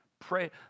pray